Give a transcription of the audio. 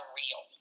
real